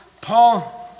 Paul